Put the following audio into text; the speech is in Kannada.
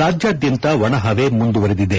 ರಾಜ್ಯಾದ್ಯಂತ ಒಣ ಪವೆ ಮುಂದುವರೆದಿದೆ